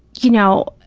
you know,